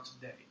today